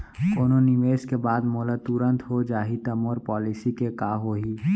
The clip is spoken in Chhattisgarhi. कोनो निवेश के बाद मोला तुरंत हो जाही ता मोर पॉलिसी के का होही?